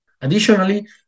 Additionally